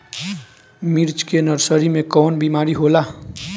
मिर्च के नर्सरी मे कवन बीमारी होला?